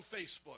Facebook